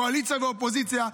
קואליציה ואופוזיציה,